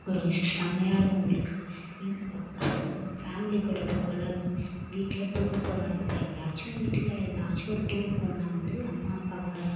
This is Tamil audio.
ஒரு செம்மையாக இருக்கும் உங்களுக்கு ஃபேமிலி கூட போகக்குள்ள வீட்டில் டூர் போகிறோம் இப்போ எங்கேயாச்சும் வீட்டில் ஏதாச்சும் ஒரு டூர் போறேனா வந்து அம்மா அப்பா கூட